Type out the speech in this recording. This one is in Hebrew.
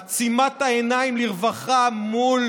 עצימת העיניים לרווחה מול